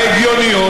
ההגיוניות,